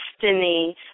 destiny